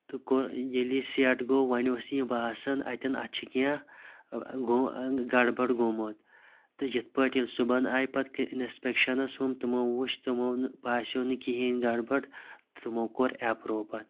تہٕ کوٚرُکھ ییٚلہِ یہِ سیٚٹ گوٚو وَنہِ اوس یہِ باسان اَتؠن اَتھ چھِ کِینٛہہ گوٚو گَڑ بَڑ گوٚمُت تہٕ یِتھ پٲٹھۍ ییٚلہِ صُبحن آیہِ پتہٕ کہِ انسپیٚکشنَس ہُم تِمو وُچھ تِمو ون باسیٚو نہٕ کِہیٖنۍ گَڑ بَڑ تِمو کوٚر ایٚپرُو پَتہٕ